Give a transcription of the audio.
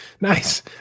nice